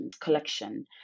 collection